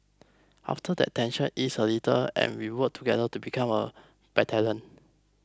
after that tensions ease a little and we work together to become a battalion